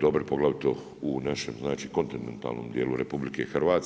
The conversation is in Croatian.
dobro poglavito u našem kontinentalnom dijelu RH.